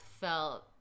felt